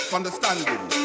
understanding